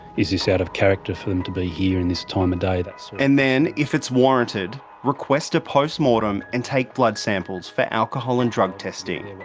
is this out of character for them to be here in this time of day? and then. if it's warranted, request a post mortem and take blood samples for alcohol and drug testing.